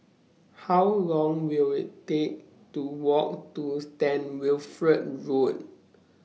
How Long Will IT Take to Walk to Stand Wilfred Road